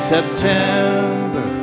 September